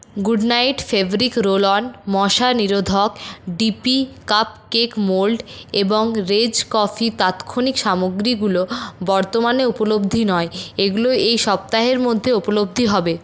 goodnight fabric roll on মশা নিরোধক D P cupcake mould এবং রেজ কফি তাৎক্ষণিক সামগ্রীগুলো বর্তমানে উপলব্ধ নয় এগুলো এই সপ্তাহের মধ্যে উপলব্ধি হবে